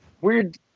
weird